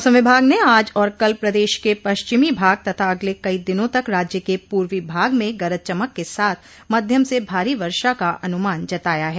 मौसम विभाग ने आज और कल प्रदेश के पश्चिमी भाग तथा अगले कई दिनों तक राज्य के पूर्वी भाग में गरज चमक के साथ मध्यम से भारी वर्षा का अनुमान जताया ह